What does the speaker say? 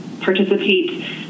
participate